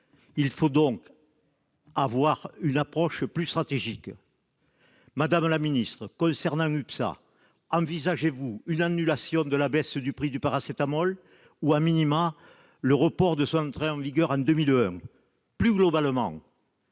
Il faut donc en avoir une approche plus stratégique. Madame la secrétaire d'État, concernant UPSA, envisagez-vous une annulation de la baisse du prix du paracétamol ou,, le report de son entrée en vigueur à 2021 ? Plus globalement,